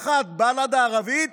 האחת, בל"ד הערבית,